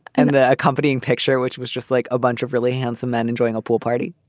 and the accompanying picture, which was just like a bunch of really handsome man enjoying a pool party.